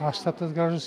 pastatas gražus